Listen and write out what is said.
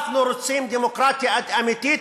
אנחנו רוצים דמוקרטיה אמיתית,